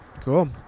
Cool